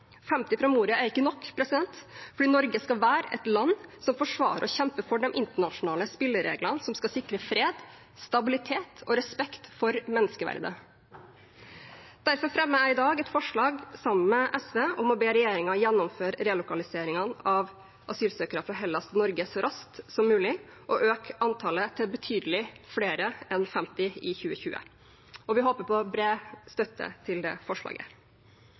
50 fra Moria er ikke nok, for Norge skal være et land som forsvarer og kjemper for de internasjonale spillereglene som skal sikre fred, stabilitet og respekt for menneskeverdet. Derfor fremmer jeg i dag et forslag sammen med SV om å be regjeringen gjennomføre relokaliseringen av asylsøkere fra Hellas til Norge så raskt som mulig, og øke antallet til betydelig flere enn 50 i 2020. Vi håper på bred støtte til det forslaget.